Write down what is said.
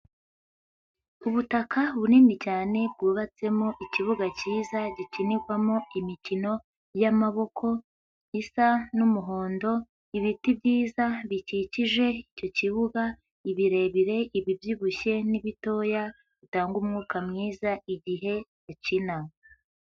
Ubutaka bunini cyane, bwubatsemo ikibuga cyiza gikinirwamo imikino y'amaboko isa n'umuhondo, ibiti byiza bikikije icyo kibuga, ibirebire, ibibyibushye n'ibitoya, bitanga umwuka mwiza igihe bakina.